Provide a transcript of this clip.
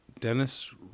Dennis